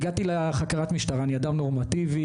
אני אדם נורמטיבי,